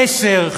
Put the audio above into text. עשר,